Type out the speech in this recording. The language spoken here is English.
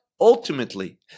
ultimately